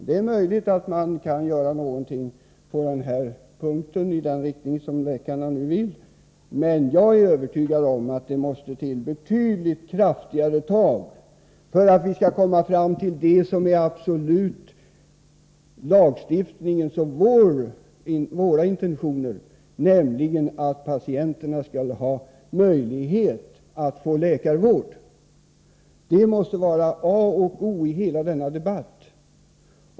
Det är möjligt att man kan göra någonting åt det här problemet genom åtgärder i den riktning som läkarna vill, men jag är övertygad om att det måste till betydligt kraftigare tag för att vi skall komma fram till det som är lagstiftningens och våra intentioner, nämligen att patienterna skall ha möjlighet att få läkarvård. Det måste vara a och o i hela denna debatt.